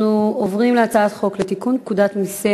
אנחנו עוברים להצעת חוק לתיקון פקודת מסי